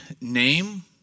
name